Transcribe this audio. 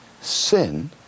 sin